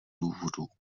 důvodů